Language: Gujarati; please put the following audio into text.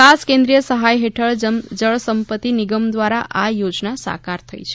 ખાસ કેન્દ્રિય સહાય હેઠળ જળસંપત્તિ નિગમ દ્વારા આ યોજના સાકાર થઇ છે